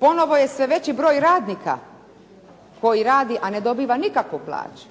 Ponovo je sve veći broj radnika koji radi a ne dobiva nikakvu plaću,